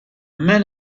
men